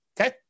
Okay